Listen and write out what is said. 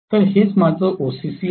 तर हेच माझं ओसीसी आहे